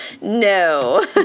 No